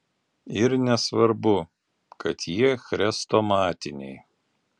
ir nesvarbu kad jie chrestomatiniai